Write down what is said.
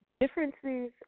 Differences